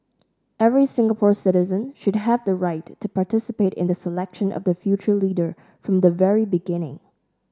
every Singapore citizen should have the right to participate in the selection of their future leader from the very beginning